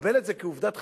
נקבל את זה כעובדת חיים?